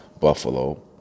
Buffalo